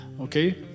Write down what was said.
Okay